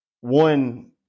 one